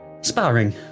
sparring